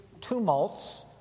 tumults